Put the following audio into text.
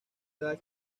edad